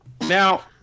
Now